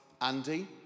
Andy